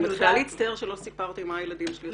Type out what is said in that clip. אני מתחילה להצטער שלא סיפרתי מה הילדים שלי עושים בצבא.